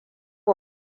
wa